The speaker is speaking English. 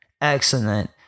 Excellent